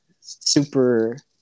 super –